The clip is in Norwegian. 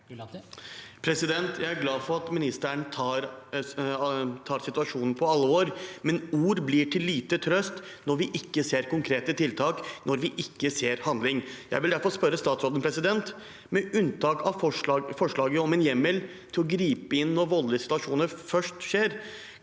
Jeg er glad for at statsråden tar situasjonen på alvor, men ord er til liten trøst når vi ikke ser konkrete tiltak, når vi ikke ser handling. Jeg vil derfor spørre statsråden: Med unntak av for slaget om en hjemmel til å gripe inn når voldelige situasjoner først skjer,